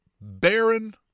baron